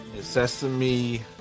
Sesame